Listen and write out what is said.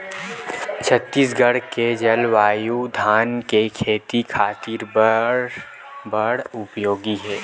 छत्तीसगढ़ के जलवायु धान के खेती खातिर बर बड़ उपयोगी हे